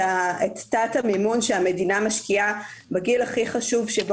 את הקצאת המימון שהמדינה משקיעה בגיל הכי חשוב בו